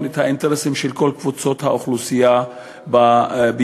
את האינטרסים של כל קבוצות האוכלוסייה בישראל.